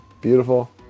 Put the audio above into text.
beautiful